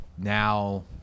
now